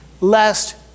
lest